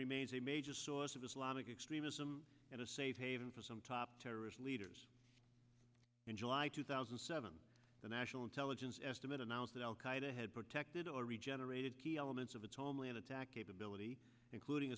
remains a major source of islamic extremism and a safe haven for some top terrorist leaders in july two thousand and seven the national intelligence estimate announced that al qaeda had protected or regenerated key elements of its homeland attack capability including